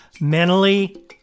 mentally